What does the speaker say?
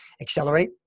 accelerate